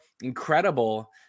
incredible